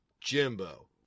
Jimbo